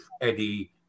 Eddie